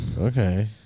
Okay